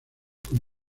con